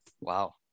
Wow